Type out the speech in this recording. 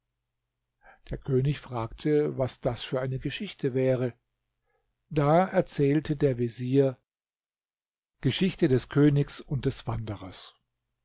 der könig fragte was das für eine geschichte wäre da erzählte der vezier geschichte des königs und des wanderers